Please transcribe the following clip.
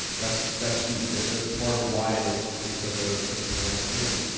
that's that's huge. that's that's part of why this this was such ah such a profound thing.